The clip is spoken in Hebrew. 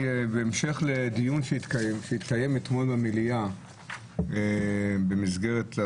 בהמשך לדיון שהתקיים אתמול במליאה במסגרת זה